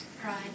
Pride